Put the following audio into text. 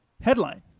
headline